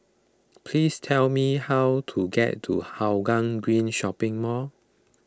please tell me how to get to Hougang Green Shopping Mall